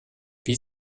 wie